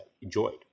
enjoyed